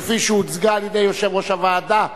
כפי שהוצגה על-ידי יושב-ראש הוועדה,